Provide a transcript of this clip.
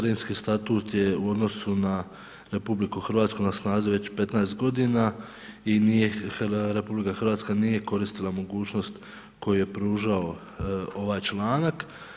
Rimski statut je u odnosu na RH na snazi već 15 godina i RH nije koristila mogućnost koju je pružao ovaj članak.